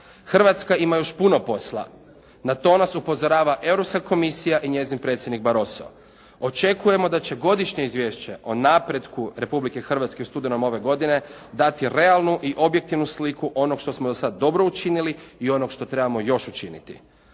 Hrvatska ima još puno posla. Na to nas upozorava Europska komisija i njezin predsjednik Barosso. Očekujemo da će godišnje izvješće o napretku Republike Hrvatske u studenome ove godine, dati realnu i objektivnu sliku onog što smo do sada dobro učinili i onog što trebamo još učiniti.